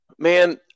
Man